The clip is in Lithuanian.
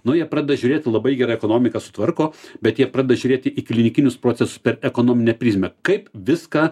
nu jie pradeda žiūrėti labai gerai ekonomiką sutvarko bet jie pradeda žiūrėti į klinikinius procesus per ekonominę prizmę kaip viską